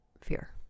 fear